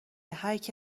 هرکی